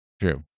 True